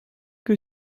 que